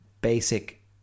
basic